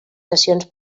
sessions